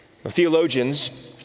theologians